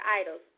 idols